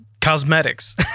cosmetics